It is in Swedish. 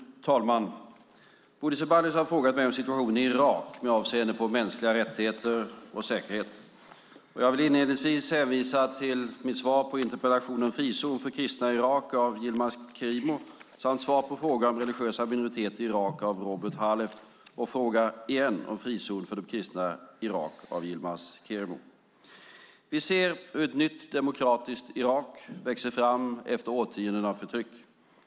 Fru talman! Bodil Ceballos har frågat mig om situationen i Irak med avseende på mänskliga rättigheter och säkerhet. Jag vill inledningsvis hänvisa till mitt svar på en interpellation om frizon för kristna i Irak av Yilmaz Kerimo samt svar på fråga om religiösa minoriteter i Irak av Robert Halef och fråga om frizon för de kristna i Irak av Yilmaz Kerimo . Vi ser hur ett nytt demokratiskt Irak växer fram efter årtionden av förtryck.